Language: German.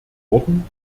worten